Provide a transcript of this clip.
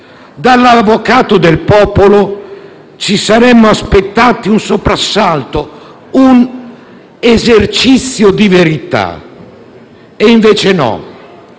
dall'avvocato del popolo ci saremmo aspettati un soprassalto, un esercizio di verità. E invece no: